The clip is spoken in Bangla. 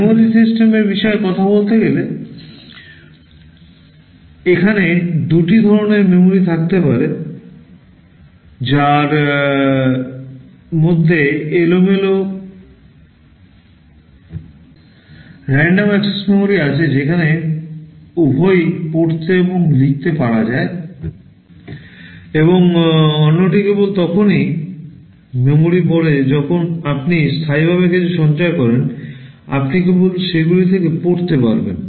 memory সিস্টেমের বিষয়ে কথা বলতে বলতে এখানে দুটি ধরণের memory থাকতে পারে যার মধ্যে এলোমেলো random access memory আছে যেখানে উভয়ই পড়তে এবং লিখতে পারা যায় এবং অন্যটি কেবল তখনই memory যখন আপনি স্থায়ীভাবে কিছু সঞ্চয় করেন আপনি কেবল সেগুলি থেকে পড়তে পারবেন